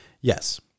Yes